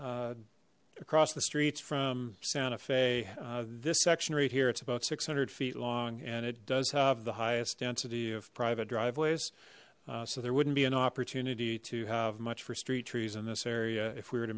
corridor across the streets from santa fe this section right here it's about six hundred feet long and it does have the highest density of private driveways so there wouldn't be an opportunity to have much for street trees in this area if we were to